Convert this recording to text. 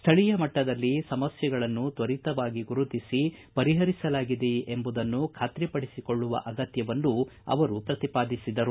ಸ್ಥಳೀಯ ಮಟ್ಟದಲ್ಲಿ ಸಮಸ್ಥೆಗಳನ್ನು ತ್ವರಿತವಾಗಿ ಗುರುತಿಸಿ ಪರಿಹರಿಸಲಾಗಿದೆಯೆ ಎಂಬುದನ್ನು ಬಾತ್ರಿಪಡಿಸಿಕೊಳ್ಳುವ ಅಗತ್ತವನ್ನೂ ಅವರು ಪ್ರತಿಪಾದಿಸಿದರು